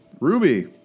Ruby